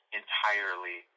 entirely